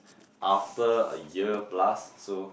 after a year plus so